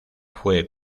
fue